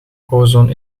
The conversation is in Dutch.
ozon